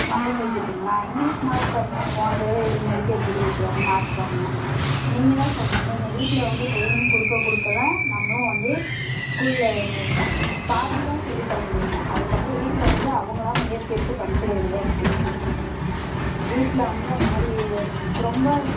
மற்ற சப்ஜெக்ட்டுங்களா English mark பாருங்கள் போன தடவை எழுதுனதுக்கு எப்படி எழுதியிருக்கிறாருன்னு மார்க் பாருங்கள் நீங்கள் தான் சொல்லணும் நீங்கள் வீட்டில் வந்து ட்ரைனிங் கொடுக்க கொடுக்கதான் நம்மளும் வந்து ஸ்கூலில் பாதிதான் சொல்லித்தர முடியும்ங்க அதுக்கப்புறம் வீட்டில் வந்து அவங்களா முயற்சி எடுத்து படிக்கிறதில் தான் இருக்குது வீட்டில் வந்து அந்தமாதிரி ரொம்ப